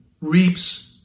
reaps